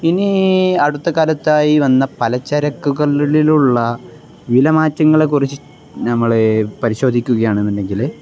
ഇനി ഈ അടുത്ത കാലത്തായി വന്ന പലചരക്കുകളിലുള്ള വിലമാറ്റങ്ങളെ കുറിച്ചു നമ്മൾ പരിശോധിക്കുകയാണെന്നുണ്ടെങ്കിൽ